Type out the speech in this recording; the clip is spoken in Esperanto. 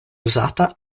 uzata